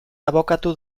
abokatu